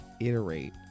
iterate